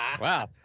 Wow